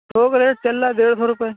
سو کا ریٹ چل رہا ہے ڈیڑھ سے روپئے